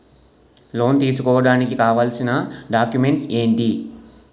Loan తీసుకోడానికి కావాల్సిన documents ఎంటి?